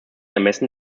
ermessen